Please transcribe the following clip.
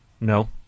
No